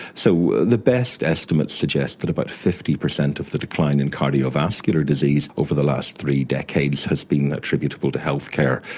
so the best estimates suggest that about fifty percent of the decline in cardiovascular disease over the last three decades has been attributable to healthcare,